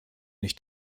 nicht